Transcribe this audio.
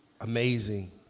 amazing